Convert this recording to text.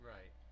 Right